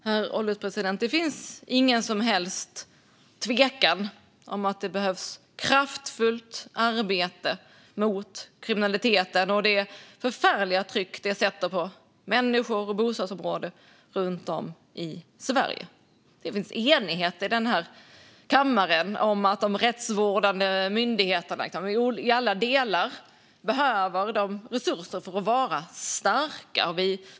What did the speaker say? Herr ålderspresident! Det finns inget som helst tvivel om att det behövs kraftfullt arbete mot kriminaliteten och det förfärliga tryck den sätter på människor och bostadsområden runt om i Sverige. Det finns enighet i den här kammaren om att de rättsvårdande myndigheterna i alla delar behöver resurser för att vara starka.